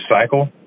cycle